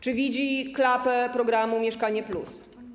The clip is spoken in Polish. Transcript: Czy widzi klapę programu ˝Mieszkanie+˝